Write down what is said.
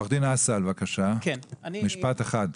עורך הדין אסל, משפט אחד.